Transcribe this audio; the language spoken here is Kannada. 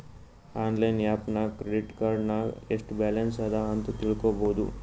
ಆನ್ಲೈನ್ ಆ್ಯಪ್ ನಾಗ್ ಕ್ರೆಡಿಟ್ ಕಾರ್ಡ್ ನಾಗ್ ಎಸ್ಟ್ ಬ್ಯಾಲನ್ಸ್ ಅದಾ ಅಂತ್ ತಿಳ್ಕೊಬೋದು